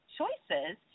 choices